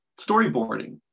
storyboarding